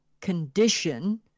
condition